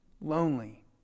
Lonely